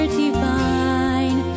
divine